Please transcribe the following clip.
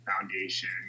foundation